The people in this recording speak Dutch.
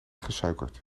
gesuikerd